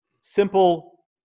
Simple